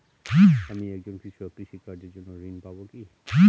আমি একজন কৃষক কৃষি কার্যের জন্য ঋণ পাব কি?